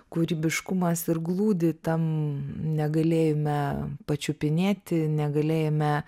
kūrybiškumas ir glūdi tam negalėjime pačiupinėti negalėjime